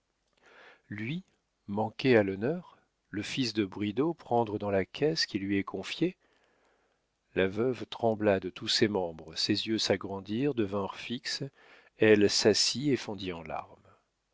lui manquer à l'honneur le fils de bridau prendre dans la caisse qui lui est confiée la veuve trembla de tous ses membres ses yeux s'agrandirent devinrent fixes elle s'assit et fondit en larmes